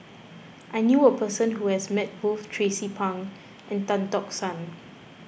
I knew a person who has met both Tracie Pang and Tan Tock San